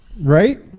Right